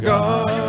God